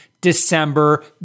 december